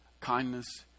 kindness